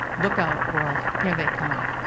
look out world, here they come.